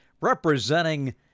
representing